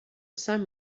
some